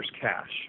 cash